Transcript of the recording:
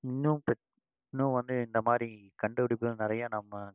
இன்னும் பெட் இன்னும் வந்து இந்த மாதிரி கண்டுப்பிடிப்புகள் நிறையா நம்ம